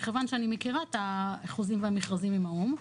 מכיוון שאני מכירה את החוזים והמכרזים עם האו"ם,